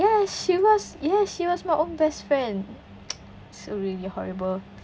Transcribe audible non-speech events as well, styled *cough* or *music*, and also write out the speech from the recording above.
ya she was ya she was my own best friend *noise* so really horrible